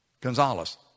Gonzalez